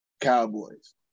Cowboys